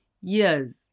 years